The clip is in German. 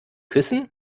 küssen